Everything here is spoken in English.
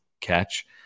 catch